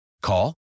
Call